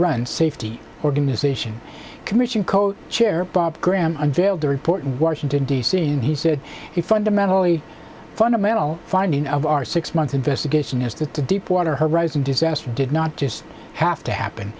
run safety organization commission coat chair bob graham unveiled the report and washington d c and he said it fundamentally fundamental finding of our six month investigation is that the deepwater horizon disaster did not just have to happen